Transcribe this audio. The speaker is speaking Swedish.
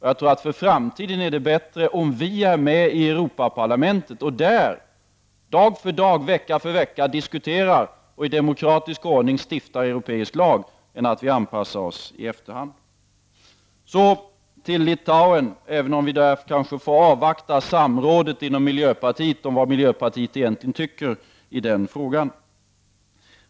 Jag tror att det för framtiden är bättre om Sverige är med i Europaparlamentet och där, dag för dag och vecka för vecka, diskuterar och i demokratisk ordning stiftar europeisk lag än att vi anpassar oss i efterhand. Så till Litauenfrågan där vi tycks få avvakta miljöpartiets samråd om vad man tycker i den frågan.